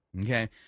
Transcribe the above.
okay